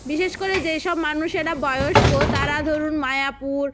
বিশেষ করে যেই সব মানুষেরা বয়স্ক তারা ধরুন মায়াপুর